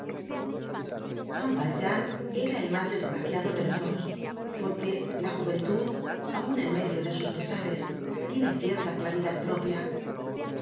juan valjean era el mas desgraciado de los dos porque la juventud aun en medio de sus pesares tiene cierta claridad propia